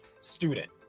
student